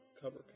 cover